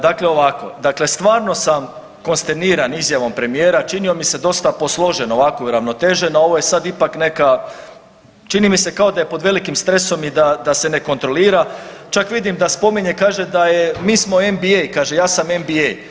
Dakle ovako, dakle stvarno sam kosteniran izjavom premijera, činio mi se dosta posložen ovako i uravnotežen, a ovo je sad ipak neka čini mi se kao da je pod velikim stresom i da, da se ne kontrolira, čak vidim da spominje i kaže mi smo NBI, kaže ja sam NBA.